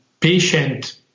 patient